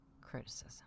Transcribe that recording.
criticism